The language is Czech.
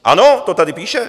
Ano, to tady píše!